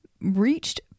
reached